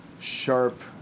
sharp